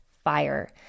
fire